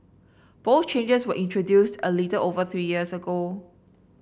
both changes were introduced a little over three years ago